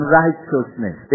righteousness